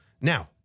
Now